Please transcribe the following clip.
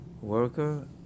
worker